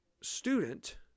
student